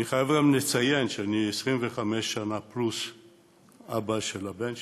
אני חייב גם לציין שאני 25 שנה פלוס אבא של הבן שלי,